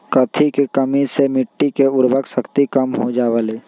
कथी के कमी से मिट्टी के उर्वरक शक्ति कम हो जावेलाई?